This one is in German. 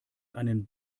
einen